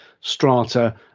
strata